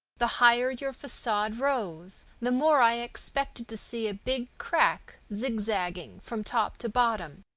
the higher your facade rose the more i expected to see a big crack zigzagging from top to bottom,